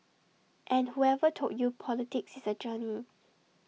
and whoever told you politics is A journey